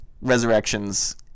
Resurrections